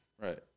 Right